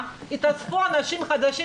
--- תוך כדי תנועה התאספו אנשים חדשים